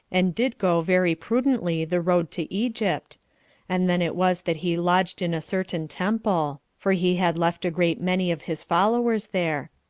and did go very prudently the road to egypt and then it was that he lodged in a certain temple for he had left a great many of his followers there.